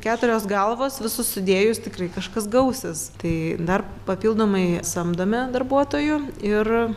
keturios galvos visus sudėjus tikrai kažkas gausis tai dar papildomai samdome darbuotojų ir